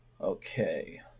okay